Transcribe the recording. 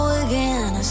again